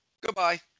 Goodbye